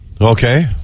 Okay